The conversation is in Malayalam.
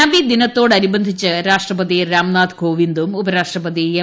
നബിദിനത്തോടനുബന്ധിച്ച് രാഷ്ട്രപതി രാംനാഥ് കോവിന്ദും ഉപരാഷ്ട്രപതി എം